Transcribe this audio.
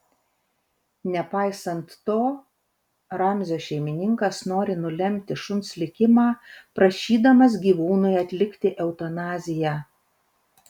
nepaisant to ramzio šeimininkas nori nulemti šuns likimą prašydamas gyvūnui atlikti eutanaziją